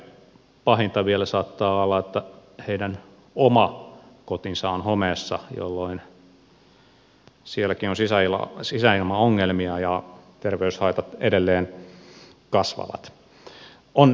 mikä pahinta vielä saattaa olla että heidän oma kotinsa on homeessa jolloin sielläkin on sisäilmaongelmia ja terveyshaitat edelleen kasvavat